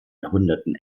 jahrhunderten